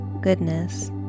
goodness